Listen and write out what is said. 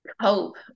cope